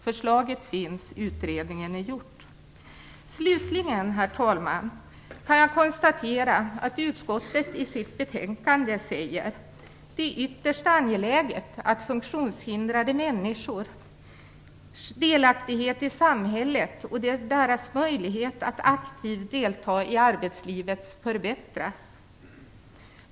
Förslaget finns, utredningen är gjord. Slutligen, herr talman, kan jag konstatera att utskottet i sitt betänkande säger att det är ytterst angeläget att funktionshindrade människors delaktighet i samhället och deras möjlighet att aktivt delta i arbetslivet förbättras.